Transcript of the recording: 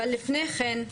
אבל לפני כן,